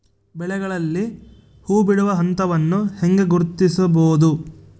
ಬೆಳೆಗಳಲ್ಲಿ ಹೂಬಿಡುವ ಹಂತವನ್ನು ಹೆಂಗ ಗುರ್ತಿಸಬೊದು?